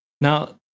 Now